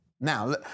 Now